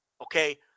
okay